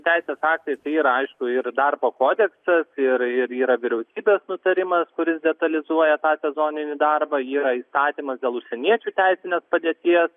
teisės aktai tai yra aišku ir darbo kodeksas ir ir yra vyriausybės nutarimas kuris detalizuoja tą sezoninį darbą yra įstatymas dėl užsieniečių teisinės padėties